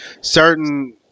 certain